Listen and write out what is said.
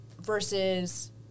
versus